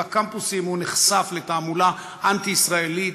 בקמפוסים הוא נחשף לתעמולה אנטי-ישראלית,